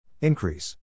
Increase